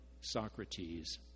Socrates